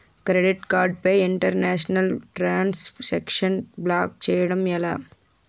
Credit card పై international transaction block చేయటం ఎలా?